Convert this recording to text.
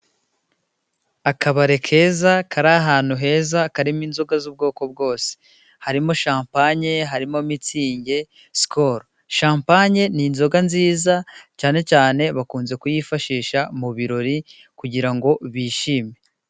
Akabari keza kari ahantu heza. Karimo inzoga z'ubwoko bwose. Harimo shampanye, harimo mitsingi, sikolo. Shampanye ni inzoga nziza, cyane cyane bakunze kuyifashisha mu birori kugira ngo bishime.